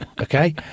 Okay